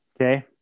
Okay